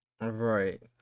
right